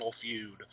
feud